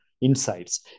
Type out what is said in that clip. insights